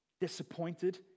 disappointed